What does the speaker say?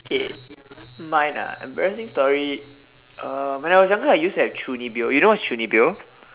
K mine ah embarrassing story uh when I was younger I used to have chuunibyou you know what's chuunibyou